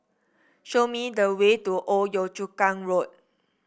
show me the way to Old Yio Chu Kang Road